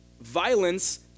violence